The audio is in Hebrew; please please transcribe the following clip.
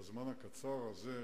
בזמן הקצר הזה,